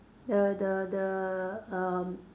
the the the um